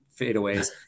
fadeaways